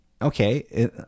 okay